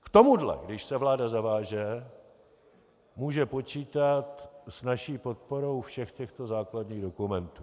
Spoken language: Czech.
K tomuto když se vláda zaváže, může počítat s naší podporou všech těchto základních dokumentů.